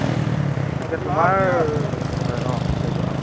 হয় হয় এতিয়া তোমাৰ হয় অঁ কৈ যোৱা অঁ